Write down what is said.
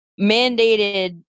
mandated